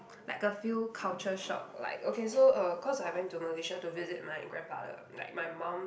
like a few culture shock like okay so uh cause I went to Malaysia to visit my grandfather like my mum